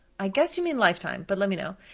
i guess you mean lifetime, but let me know.